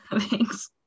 Thanks